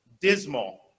dismal